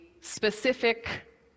specific